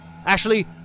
Ashley